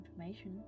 information